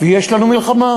יש לנו מלחמה.